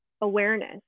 awareness